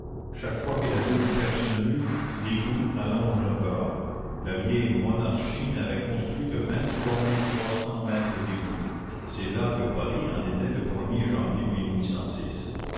chaque fois que la ville perce une rue l'égout allonge un bras la vieille monarchie n'avait construit que vingt-trois mille trois cents mètres d'égouts c'est là que paris en était le er janvier